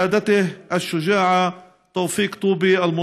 מעלים על נס את מנהיגותו האמיצה של תופיק טובי,